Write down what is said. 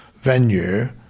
venue